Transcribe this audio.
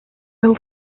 will